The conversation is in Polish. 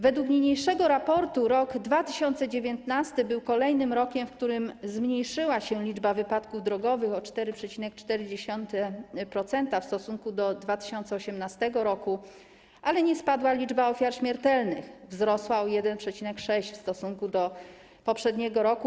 Według niniejszego raportu rok 2019 był kolejnym rokiem, w którym zmniejszyła się liczba wypadków drogowych, o 4,4% w stosunku do 2018 r., ale nie spadła liczba ofiar śmiertelnych, wzrosła o 1,6% w stosunku do poprzedniego roku.